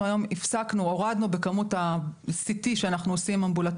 אנחנו היום הפסקנו והורדנו בכמות ה-CT האמבולטורי